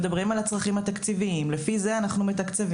מדברים על הצרכים התקציביים ולפי זה מתקצבים.